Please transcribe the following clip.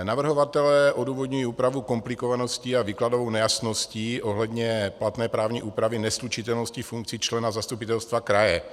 Navrhovatelé odůvodňují úpravu komplikovaností a výkladovou nejasností ohledně platné právní úpravy neslučitelnosti funkcí člena zastupitelstva kraje.